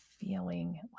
feeling